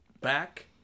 Back